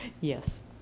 Yes